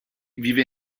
vive